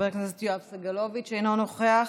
חבר הכנסת יואב סגלוביץ' אינו נוכח,